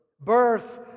birth